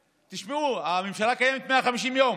תשמעו, הממשלה קיימת 150 יום.